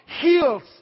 heals